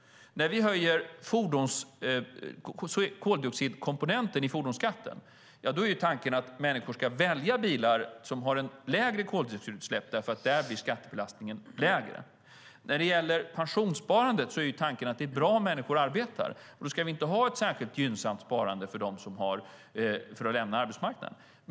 När vi höjer skatten för koldioxidkomponenten i fordonsskatten är tanken att människor ska välja bilar som har lägre koldioxidutsläpp därför att skattebelastningen då blir lägre. När det gäller pensionssparandet är tanken att det är bra att människor arbetar. Då ska det inte finnas ett särskilt gynnsamt sparande för dem som vill lämna arbetsmarknaden.